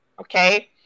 okay